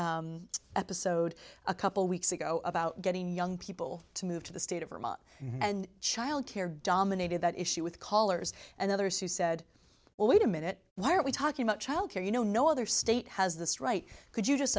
episode a couple weeks ago about getting young people to move to the state of vermont and childcare dominated that issue with callers and others who said well wait a minute why are we talking about child care you know no other state has this right could you just